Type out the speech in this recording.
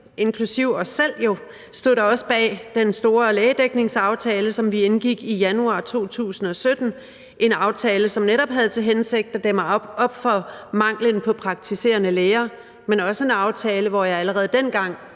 inklusive os selv, stod da også bag den store lægedækningsaftale, som vi indgik i januar 2017 – en aftale, som netop havde til hensigt at dæmme op for manglen på praktiserende læger, men også en aftale, hvor jeg allerede dengang